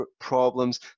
problems